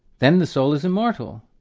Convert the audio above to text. then the soul is immortal.